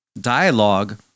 dialogue